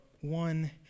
one